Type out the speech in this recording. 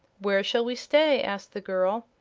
where shall we stay? asked the girl.